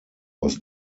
was